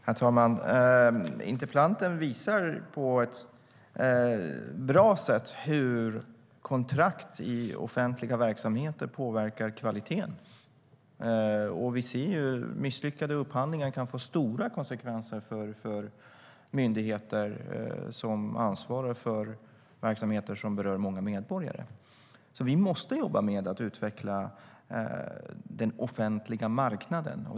Herr talman! Interpellanten visar på ett bra sätt hur kontrakt i offentliga verksamheter påverkar kvaliteten. Och vi ser ju att misslyckade upphandlingar kan få stora konsekvenser för myndigheter som ansvarar för verksamheter som berör många medborgare. Vi måste alltså jobba med att utveckla den offentliga marknaden.